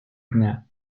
дня